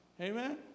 Amen